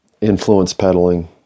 influence-peddling